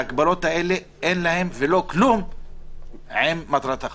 ההגבלות האלה, אין להן ולא כלום עם מטרת החוק.